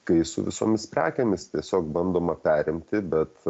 kai su visomis prekėmis tiesiog bandoma perimti bet